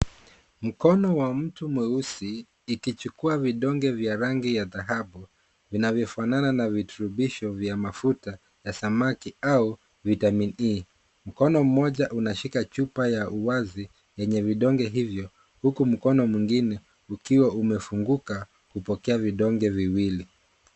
Mkono wa mtu mweusi ikichukua vidonge vya rangi ya dhahabu vinavyofanana na viritubisho vya mafuta ya samaki au vitamin E. Mkono moja unashika chupa ya wazi yenye vidonge hivyo huku mikono mwingine ukiwa umefunguka ikipokea vidonge viwili.